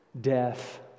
death